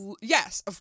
Yes